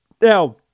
now